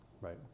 right